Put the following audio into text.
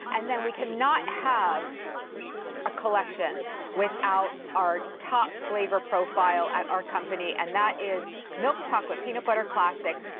and then we cannot have a collection without our top flavor profile at our company. and that is milk chocolate peanut butter classic.